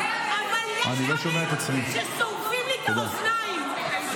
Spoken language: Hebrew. אבל יש דברים ששורפים לי את האוזניים.